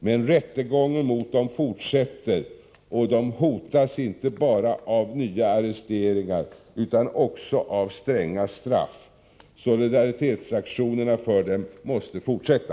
Men rättegången mot dem fortsätter, och de hotas inte bara av nya arresteringar utan också av stränga straff. Solidaritetsaktionerna för dem måste fortsätta.